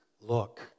look